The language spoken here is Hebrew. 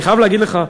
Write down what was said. אני חייב להגיד לך,